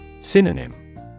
Synonym